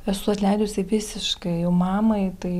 esu atleidusi visiškai jau mamai tai